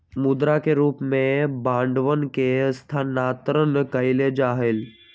मुद्रा के रूप में बांडवन के स्थानांतरण कइल जा हलय